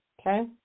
Okay